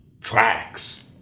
tracks